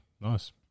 nice